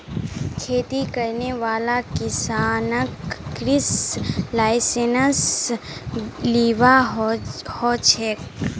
खेती करने वाला किसानक कृषि लाइसेंस लिबा हछेक